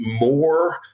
more